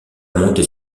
montée